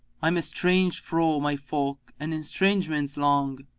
i'm estranged fro' my folk and estrangement's long